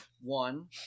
One